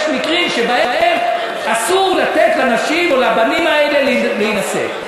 יש מקרים שבהם אסור לתת לנשים או לבנים האלה להינשא.